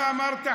מה אמרת,